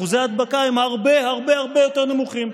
אחוזי ההדבקה הם הרבה הרבה הרבה יותר נמוכים.